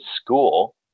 school